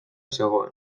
zegoen